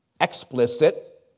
explicit